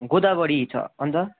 गोदावरी छ अन्त